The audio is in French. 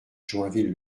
joinville